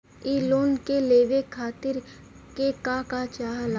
इ लोन के लेवे खातीर के का का चाहा ला?